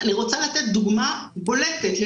אני חושבת שזה מגיע